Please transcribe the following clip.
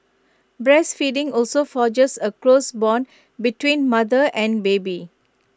breastfeeding also forges A close Bond between mother and baby